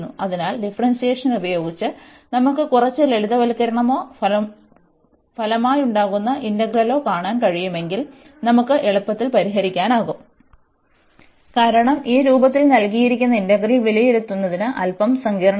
അതിനാൽ ഡിഫറെന്സിയേഷൻ ഉപയോഗിച്ച് നമുക്ക് കുറച്ച് ലളിതവൽക്കരണമോ ഫലമായുണ്ടാകുന്ന ഇന്റഗ്രലോ കാണാൻ കഴിയുമെങ്കിൽ നമുക്ക് എളുപ്പത്തിൽ പരിഹരിക്കാനാകും ഇത് ഉപയോഗപ്രദമാകും കാരണം ഈ രൂപത്തിൽ നൽകിയിരിക്കുന്ന ഇന്റഗ്രൽ വിലയിരുത്തുന്നതിന് അൽപ്പം സങ്കീർണ്ണമാണ്